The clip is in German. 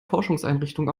forschungseinrichtung